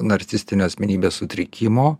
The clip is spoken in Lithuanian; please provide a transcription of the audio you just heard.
narcisistinio asmenybės sutrikimo